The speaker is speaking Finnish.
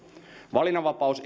valinnanvapaus